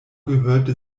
gehörte